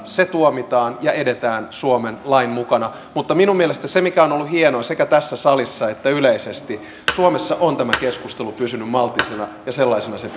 se tuomitaan ja edetään suomen lain mukana mutta minun mielestäni se on ollut hienoa sekä tässä salissa että yleisesti että suomessa on tämä keskustelu pysynyt maltillisena ja sellaisena se